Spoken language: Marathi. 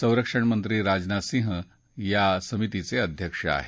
संरक्षणमंत्री राजनाथ सिंह या समितीचे अध्यक्ष आहेत